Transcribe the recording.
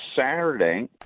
saturday